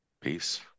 Peace